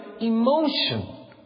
emotion